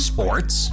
Sports